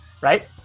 right